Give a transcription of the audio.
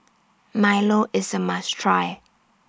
Milo IS A must Try